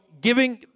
giving